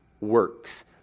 works